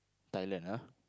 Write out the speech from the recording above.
Thailand ah